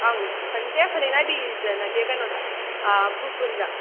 ꯑꯪ ꯐꯅꯦꯛ ꯅꯥꯏꯕꯤꯗ ꯅꯠꯇꯦ ꯀꯩꯅꯣꯗ ꯈꯨꯔꯈꯨꯜꯗ